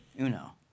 Uno